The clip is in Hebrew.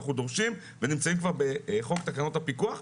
שאנחנו דורשים ונמצאים כבר בחוק תקנות הפיקוח.